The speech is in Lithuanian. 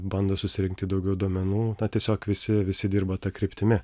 bando susirinkti daugiau duomenų tiesiog visi visi dirba ta kryptimi